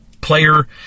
player